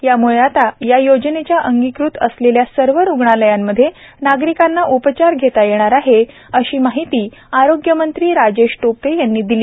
याम्ळे आता या योजनेच्या अंगीकृत असलेल्या सर्व रुग्णालयांमध्ये नागरिकांना उपचार घेता येणार आहेत अशी माहिती आरोग्यमंत्री राजेश टोपे यांनी दिली